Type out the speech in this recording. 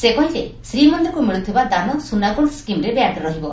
ସେ କହିଲେ ଶ୍ରୀମନ୍ଦିରକୁ ମିଳୁଥିବା ଦାନ ସୁନା ଗୋଲୁ ସ୍କିମରେ ବ୍ୟାଙ୍କରେ ରହିବ